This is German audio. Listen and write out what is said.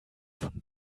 von